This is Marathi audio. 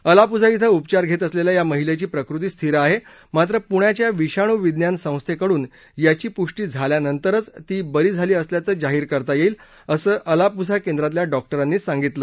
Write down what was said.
अलापुझा इथं उपचार घेत असलेल्या या महिलेची प्रकृती स्थिर आहे मात्र पुण्याच्या विषाणू विज्ञान संस्थेकडून याची पुष्टी झाल्यानंतरच ती बरी झाली असल्याचं जाहीर करता येईल असं अलापुझा केंद्रातल्या डॉक्टरांनी सांगितलं